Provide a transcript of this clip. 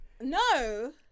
no